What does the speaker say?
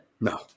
no